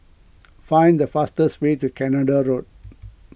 find the fastest way to Canada Road